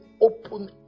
open